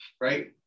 Right